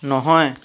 নহয়